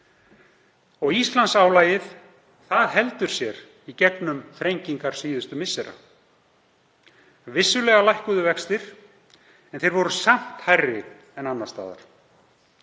Íslandsálagið. Það heldur sér í gegnum þrengingar síðustu missera. Vissulega lækkuðu vextir en þeir voru samt hærri en annars staðar